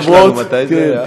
מתי זה היה?